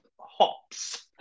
hops